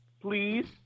please